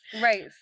right